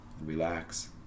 Relax